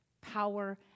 power